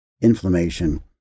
inflammation